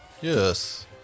Yes